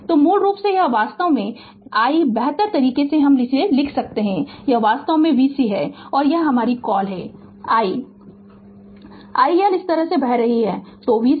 तो मूल रूप से यह वास्तव में i बेहतर तरीके से लिख सकते है यह वास्तव में vC है और यह हमारी कॉल है कि i हमारा IL इस पर बह रहा है